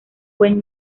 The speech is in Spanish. buen